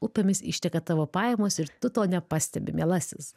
upėmis išteka tavo pajamos ir tu to nepastebi mielasis